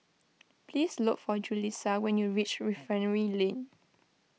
please look for Julisa when you reach Refinery Lane